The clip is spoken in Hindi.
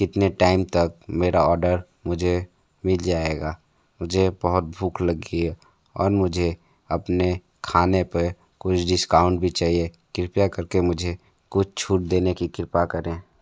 कितने टाइम तक मेरा ऑर्डर मुझे मिल जाएगा मुझे बहुत भूख लगी है और मुझे अपने खाने पर कुछ डिस्काउंट भी चाहिए कृपया करके मुझे कुछ छूट देने की कृपा करें